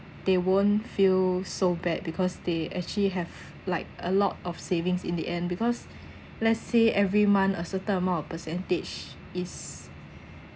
they won't feel so bad because they actually have like a lot of savings in the end because let's say every month a certain amount of percentage is